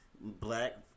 black